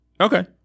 Okay